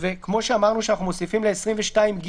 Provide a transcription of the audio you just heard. וכמו שאמרנו שאנחנו מוסיפים ל-22ג